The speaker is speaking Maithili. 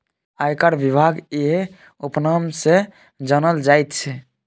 आयकर विभाग इएह उपनाम सँ जानल जाइत छै